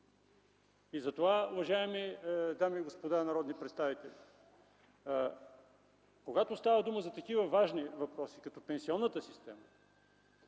Затова, уважаеми дами и господа народни представители, когато става дума за такива важни въпроси като пенсионната система,